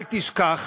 אל תשכח